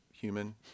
human